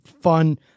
fun